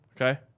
Okay